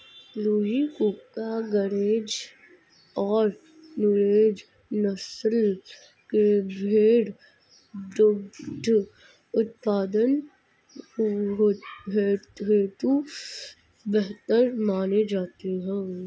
लूही, कूका, गरेज और नुरेज नस्ल के भेंड़ दुग्ध उत्पादन हेतु बेहतर माने जाते हैं